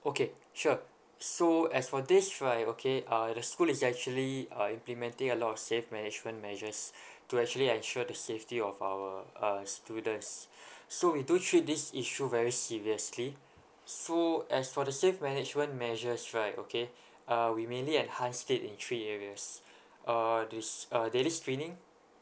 okay sure so as for this right okay uh the school is actually uh implementing a lot of safe management measures to actually ensure the safety of our uh students so we do treat this issue very seriously so as for the safe management measures right okay uh we mainly enhanced it in three areas uh this uh daily screening